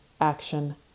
action